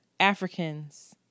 Africans